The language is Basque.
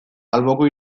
alboko